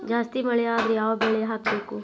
ಜಾಸ್ತಿ ಮಳಿ ಆದ್ರ ಯಾವ ಬೆಳಿ ಹಾಕಬೇಕು?